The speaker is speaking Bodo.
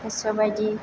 गोसोबाइदि